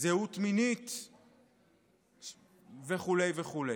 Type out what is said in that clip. זהות מינית וכו' וכו'.